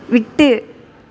விட்டு